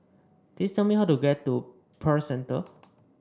please tell me how to get to Pearl Centre